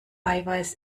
eiweiß